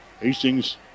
Hastings